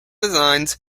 designs